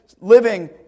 living